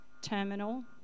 terminal